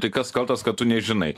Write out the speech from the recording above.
tai kas kaltas kad tu nežinai